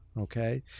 okay